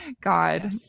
God